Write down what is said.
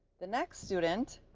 the next student,